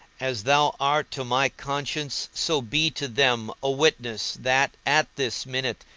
as thou art to my conscience so be to them, a witness that, at this minute,